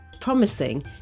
promising